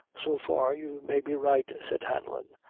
so far you may be right, said hanlon,